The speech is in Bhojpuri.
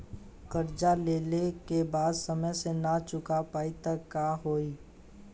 कर्जा लेला के बाद समय से ना चुका पाएम त का होई?